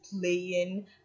playing